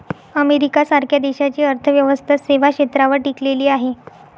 America सारख्या देशाची अर्थव्यवस्था सेवा क्षेत्रावर टिकलेली आहे